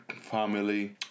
family